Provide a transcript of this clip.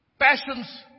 passions